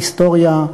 היסטוריה,